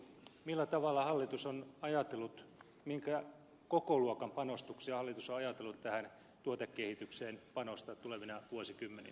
eli itse asiassa kysymys kuuluukin minkä kokoluokan panostuksia hallitus on ajatellut tähän tuotekehitykseen panostaa tulevina vuosikymmeninä